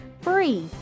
free